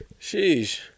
Sheesh